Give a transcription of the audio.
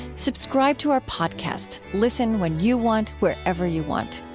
subscribe to our podcast. listen when you want, wherever you want.